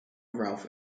ralph